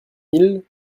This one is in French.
mille